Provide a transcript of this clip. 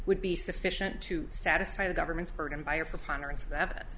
would be sufficient to satisfy the government's